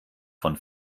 von